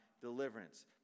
deliverance